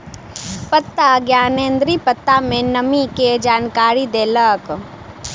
पत्ता ज्ञानेंद्री पत्ता में नमी के जानकारी देलक